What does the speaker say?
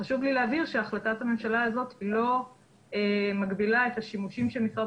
חשוב לי להבהיר שהחלטת הממשלה הזאת לא מגבילה את השימושים שמשרד